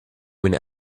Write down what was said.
when